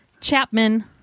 Chapman